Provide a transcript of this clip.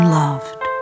loved